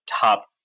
top